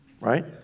right